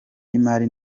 y’imari